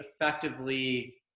effectively